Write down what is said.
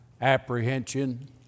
apprehension